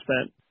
spent